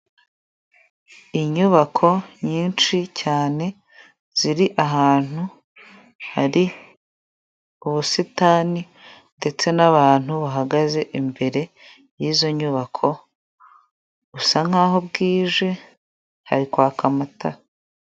Inyubako nyinshi cyane ziri ahantu hari ubusitani ndetse n'abantu bahagaze imbere y'izo nyubako busa nk'aho bwije hari kwaka amatara.